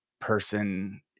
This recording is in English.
person